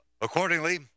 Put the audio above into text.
Accordingly